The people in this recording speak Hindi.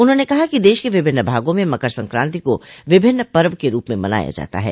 उन्होंने कहा कि देश के विभिन्न भागों में मकर संकाति को विभिन्न पर्व क रूप में मनाया जाता है